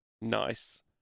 nice